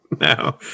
No